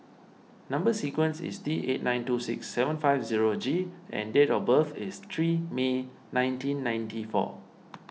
Number Sequence is T eight nine two six seven five zero G and date of birth is three May nineteen ninety four